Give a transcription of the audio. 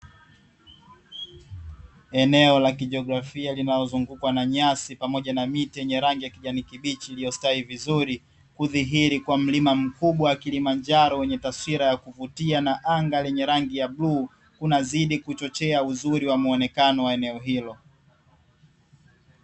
Eneo la kijiografia linalozungukwa na nyasi pamoja na miti yenye rangi ya kijani kibichi iliyostawi vizuri, kudhihiri kwa milima mkubwa wa Kilimanjaro wenye taswira ya kuvutia na anga lenye rangi ya bluu, unazidi kuchochea uzuri wa muonekano wa eneo hilo.